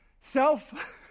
self